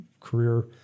career